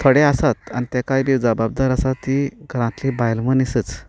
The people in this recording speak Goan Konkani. थोडे आसात आनी ताकाय बी जबाबदार आसा ती बायल मनीसच